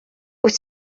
wyt